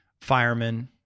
firemen